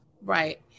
Right